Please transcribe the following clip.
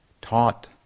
taught